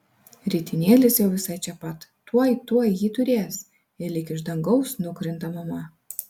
ritinėlis jau visai čia pat tuoj tuoj jį turės ir lyg iš dangaus nukrinta mama